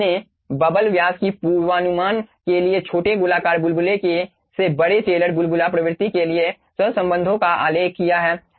हमने बबल व्यास की पूर्वानुमान के लिए छोटे गोलाकार बुलबुले से बड़े टेलर बुलबुला प्रवृत्ति के लिए सहसंबंधों का उल्लेख किया है